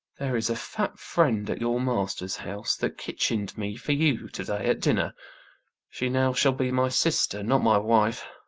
there is a fat friend at your master's house, that kitchen'd me for you to-day at dinner she now shall be my sister, not my wife.